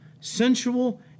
sensual